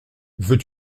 veux